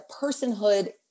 personhood